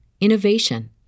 innovation